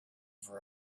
for